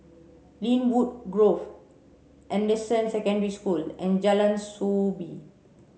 Lynwood Grove Anderson Secondary School and Jalan Soo Bee